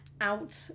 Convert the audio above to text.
out